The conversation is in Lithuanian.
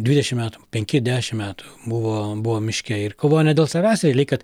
dvidešim metų penki dešim metų buvom buvom miške ir kovojo ne dėl savęs realiai kad